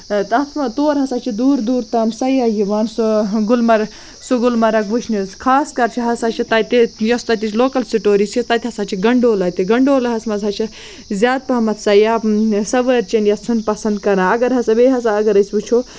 تَتھ مہ تور ہسا چھِ دوٗر دوٗر تام سیاح یِوان سُہ گُلمرٕ سُہ گُلمرگ وٕچھنہِ حظ خاص کر چھِ ہسا چھِ تَتہِ یۄس تَتِچ لوکَل سِٹوری چھِ تَتہِ ہسا چھِ گَنٛڈولا تہِ گنٛڈولاہَس منٛز ہہ چھِ زیادٕ پہمَتھ سیاح سَوٲرۍ چیٚنہِ یژھُن پسنٛد کران اگر ہسا بیٚیہِ ہسا اگر أسۍ وٕچھو